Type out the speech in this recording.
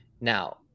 Now